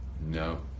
No